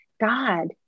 God